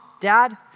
Dad